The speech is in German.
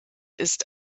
ist